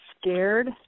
scared